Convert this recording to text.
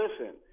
listen